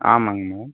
ஆமாங்க மேடம்